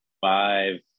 five